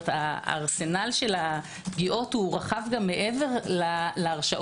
כלומר הארסנל של הפגיעות הוא רחב גם מעבר להרשעות.